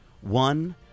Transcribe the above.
One